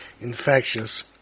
infectious